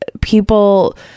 people